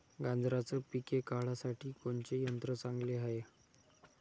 गांजराचं पिके काढासाठी कोनचे यंत्र चांगले हाय?